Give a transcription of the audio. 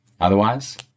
Otherwise